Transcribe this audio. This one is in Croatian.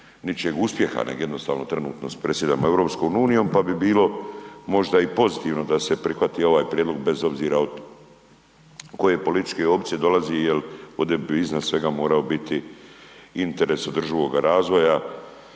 ničijeg uspjeha nego jednostavno trenutno predsjedamo EU-om pa bi bilo možda i pozitivno da se prihvati ovaj prijedlog bez obzira od koje političke opcije dolazi jer ovdje bi iznad svega morao biti interes održivoga razvija